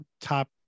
top